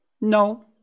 No